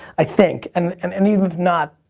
i think. and and and even if not,